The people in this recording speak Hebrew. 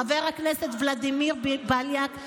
חבר הכנסת ולדימיר בליאק,